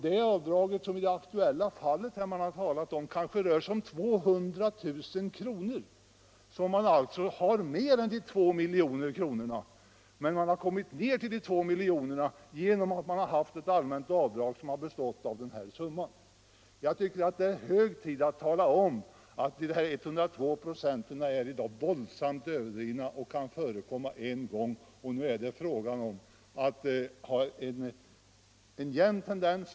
Det avdrag som man i det aktuella fallet har talat om rör sig om kanske 200 000 kr., och detta belopp låg över inkomstsumman 2 milj.kr. Sedan har man kommit ned till de 2 miljonerna genom ett allmänt avdrag på denna summa. Det är hög tid att klargöra att talet om 102 96 i marginalskatt är våldsamt överdrivet. Det är en effekt som kan uppkomma en enda gång och som inte inträffar när inkomstökningen har en jämn tendens.